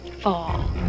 fall